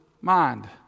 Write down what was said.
mind